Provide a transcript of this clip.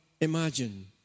imagine